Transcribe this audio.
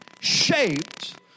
shaped